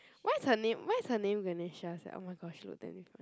why is her name why is her name Vernicious sia oh my gosh she look damn good